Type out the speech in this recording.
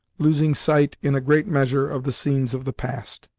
losing sight, in a great measure, of the scenes of the past.